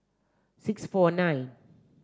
six four nine